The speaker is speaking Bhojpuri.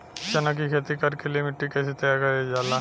चना की खेती कर के लिए मिट्टी कैसे तैयार करें जाला?